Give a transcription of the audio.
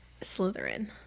slytherin